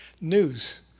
news